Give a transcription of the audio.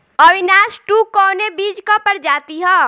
Avinash two कवने बीज क प्रजाति ह?